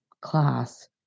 class